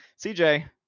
CJ